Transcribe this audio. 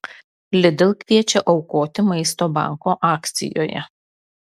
lidl kviečia aukoti maisto banko akcijoje